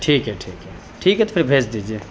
ٹھیک ہے ٹھیک ہے ٹھیک ہے تو پھر بھیج دیجیے